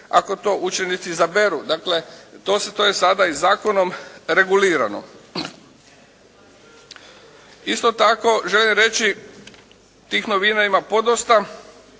ako to učenici izaberu. Dakle, to je sada i zakonom regulirano. Isto tako, želim reći tih novina ima podosta